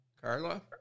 Carla